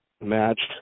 matched